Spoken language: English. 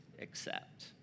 accept